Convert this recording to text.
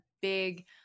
big